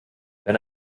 wenn